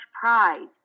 pride